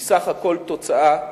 היא סך הכול תוצאה טובה.